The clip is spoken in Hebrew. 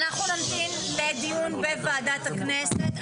אני שמחה לפתוח את ישיבת ועדת החינוך הבוקר בפרק י"ח,